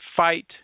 fight